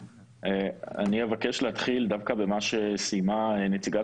אני אבקש להתחיל דווקא במה שסיימה נציגת